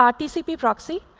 ah pcp proxy.